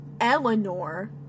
Eleanor